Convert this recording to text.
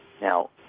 now